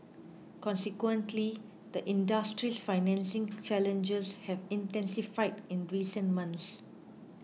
consequently the industry's financing challenges have intensified in recent months